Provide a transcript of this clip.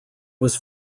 was